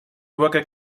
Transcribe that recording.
worker